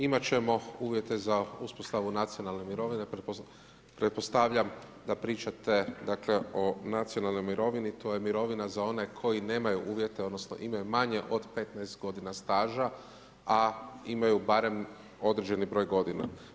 Imati ćemo uvjete za uspostavu nacionalne mirovine, pretpostavljam da pričate o nacionalnoj mirovini, to je mirovina za one koji nemaju uvjete odnosno, imaju manje od 15 g. staža a imaju barem određeni br. godina.